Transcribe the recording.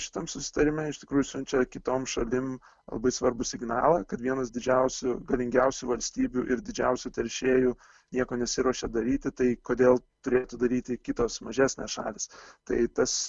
šitam susitarime iš tikrųjų siunčia kitom šalim labai svarbų signalą kad vienas didžiausių galingiausių valstybių ir didžiausių teršėjų nieko nesiruošia daryti tai kodėl turėtų daryti kitos mažesnės šalys tai tas